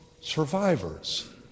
survivors